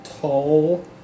tall